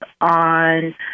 on